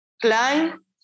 climb